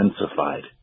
intensified